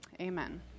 Amen